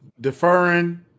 deferring